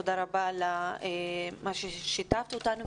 תודה רבה על מה ששיתפת אותנו.